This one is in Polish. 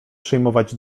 przyjmować